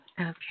Okay